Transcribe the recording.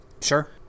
Sure